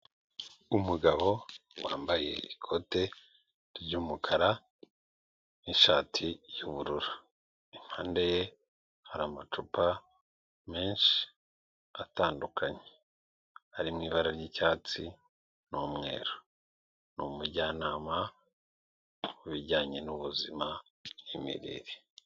Umugabo wambaye ikote ry'umukara n'ishati y'ubururu. Impande ye hari amacupa menshi atandukanye, arimo ibara ry'icyatsi n'umweru. Ni umujyanama kubijyanye n'ubuzima n'imirire.